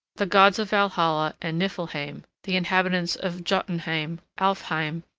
the gods of valhalla and niffleheim, the inhabitants of jotunheim, alfheim,